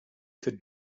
could